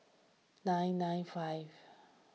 nine nine five